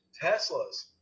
Tesla's